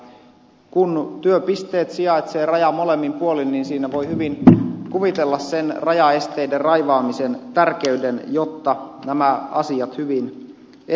ja kun työpisteet sijaitsevat rajan molemmin puolin niin siinä voi hyvin kuvitella sen rajaesteiden raivaamisen tärkeyden jotta nämä asiat hyvin etenevät